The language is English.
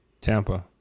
Tampa